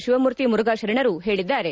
ಶಿವಮೂರ್ತಿ ಮುರುಫಾ ಶರಣರು ಹೇಳಿದ್ದಾರೆ